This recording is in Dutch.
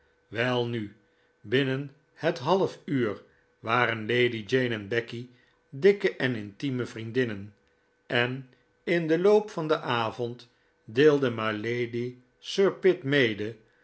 welnu binnen het half uur waren lady jane en becky dikke en intieme vriendinnen en in den loop van den avond deelde mylady sir pitt mede